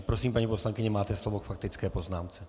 Prosím, paní poslankyně, máte slovo k faktické poznámce.